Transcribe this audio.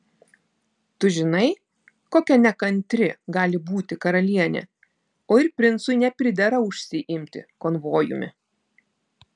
tu žinai kokia nekantri gali būti karalienė o ir princui nepridera užsiimti konvojumi